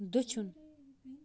دٔچھُن